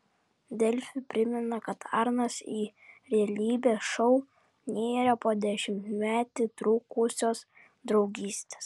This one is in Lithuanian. delfi primena kad arnas į realybės šou nėrė po dešimtmetį trukusios draugystės